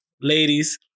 Ladies